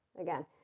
again